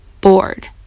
bored